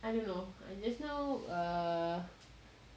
I don't know just now err